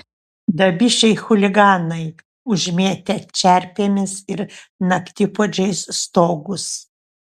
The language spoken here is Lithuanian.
dabišiai chuliganai užmėtę čerpėmis ir naktipuodžiais stogus